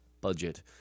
budget